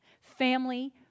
Family